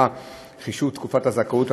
התקבלה,